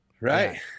Right